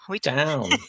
Down